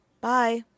Bye